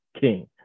king